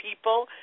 people